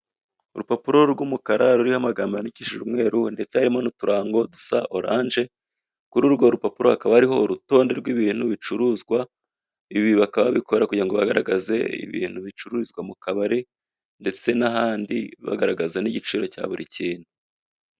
Urupapuro rw'umukara ruriho amagambo yandikishije umweru ndetse harimo uturango dusa oranje kuri urwo rupapuro hakaba hariho urutonde rw'ibintu bicuruzwa ibi bakaba babikora kugirango bagaragaze ibintu bicururizwa mu kabari ndetse nahandi bagaragaza n'igiciro cya buri kintu.